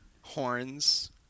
horns